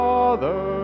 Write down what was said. Father